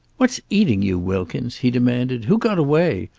what's eating you, wilkins? he demanded. who got away?